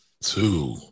two